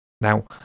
Now